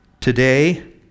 today